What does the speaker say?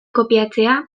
kopiatzea